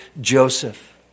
Joseph